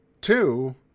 two